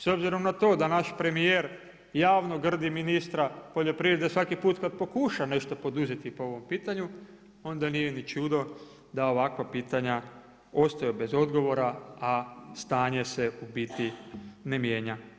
S obzirom da naš premijer javno grdi ministra poljoprivrede svaki put kad pokuša nešto poduzeti po ovom pitanju, onda nije ni čudo da ovakva pitanja ostaju bez odgovora, a stanje se u biti ne mijenja.